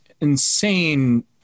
insane